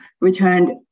returned